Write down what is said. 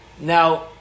Now